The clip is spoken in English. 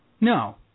No